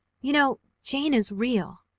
you know jane is real!